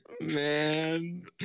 Man